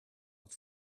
het